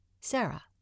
Sarah